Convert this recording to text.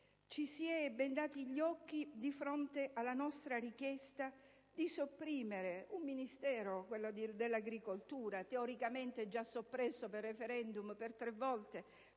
Ci si è bendati gli occhi di fronte alla nostra richiesta non tanto di sopprimere un Ministero dell'agricoltura, teoricamente già soppresso per *referendum* per tre volte